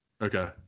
Okay